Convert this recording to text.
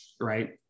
Right